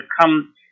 come